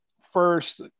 First